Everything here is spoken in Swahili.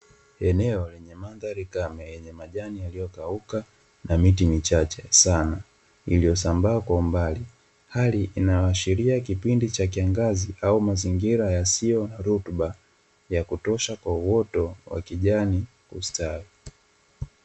Eneo lenye mandhari kame yenye majani yaliyokauka na miti michache sana, iliyosambaa kwa umbali. Hali inayoashiria kipindi cha kiangazi au mazingira yasiyo na rutuba ya kutosha kwa uoto wa kijani kustawi.